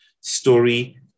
story